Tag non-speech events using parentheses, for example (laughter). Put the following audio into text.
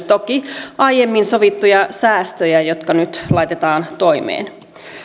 (unintelligible) toki myös aiemmin sovittuja säästöjä jotka nyt laitetaan toimeen